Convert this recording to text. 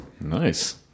Nice